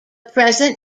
present